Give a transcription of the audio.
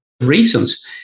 reasons